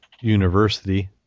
university